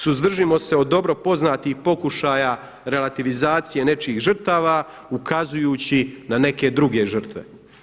Suzdržimo se o dobro poznatih pokušaja relativizacije nečijih žrtava ukazujući na neke druge žrtve.